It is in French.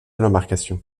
l’embarcation